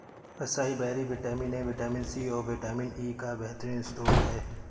acai berry vitamin A, vitamin C, और vitamin E का बेहतरीन स्त्रोत है